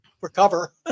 recover